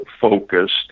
focused